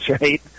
right